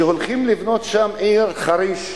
שהולכים לבנות שם עיר, חריש.